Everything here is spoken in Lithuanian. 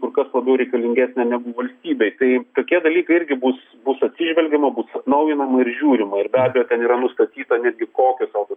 kur kas labiau reikalingesnė negu valstybei tai tokie dalykai irgi bus bus atsižvelgiama bus atnaujinama ir žiūrima ir be abejo ten yra nustatyta netgi kokios auto